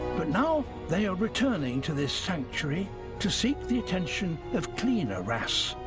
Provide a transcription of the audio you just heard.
but now they are returning to this sanctuary to seek the attention of cleaner wrasse.